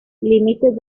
límites